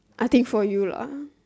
I think for you lah